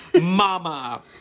Mama